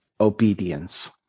obedience